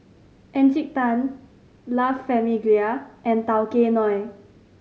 Encik Tan La Famiglia and Tao Kae Noi